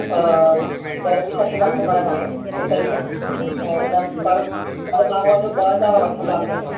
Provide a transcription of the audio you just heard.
घर बि छॾींदासीं मना तव्हां खे होटल में ऐं पर पर माण्हूंअ जो ॿ हज़ार वठंदासीं असां